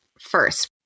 first